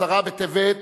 בעשרה בטבת,